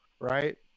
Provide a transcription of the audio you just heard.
right